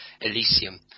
Elysium